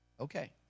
Okay